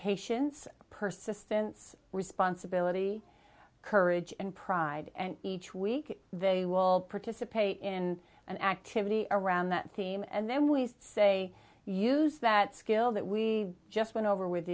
patience persistence responsibility courage and pride and each week they will participate in an activity around that theme and then we say use that skill that we just went over with